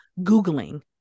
Googling